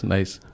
Nice